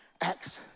Acts